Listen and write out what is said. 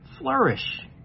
Flourish